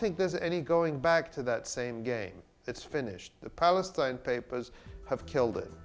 think there's any going back to that same game it's finished the palestine papers have killed it